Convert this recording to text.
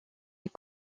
est